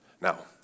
Now